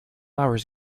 hours